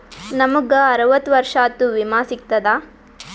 ನಮ್ ಗ ಅರವತ್ತ ವರ್ಷಾತು ವಿಮಾ ಸಿಗ್ತದಾ?